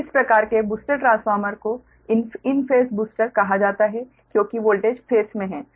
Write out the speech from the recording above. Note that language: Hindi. तो इस प्रकार के बूस्टर ट्रांसफार्मर को इन फेस बूस्टर कहा जाता है क्योंकि वोल्टेज फेस में है